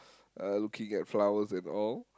uh looking at flowers and all